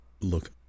look